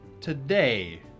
today